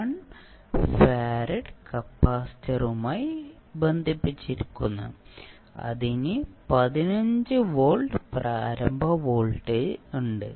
1 farad കപ്പാസിറ്ററുമായി ബന്ധിപ്പിച്ചിരിക്കുന്നു അതിന് 15 വോൾട്ട് പ്രാരംഭ വോൾട്ടേജ് ഉണ്ട്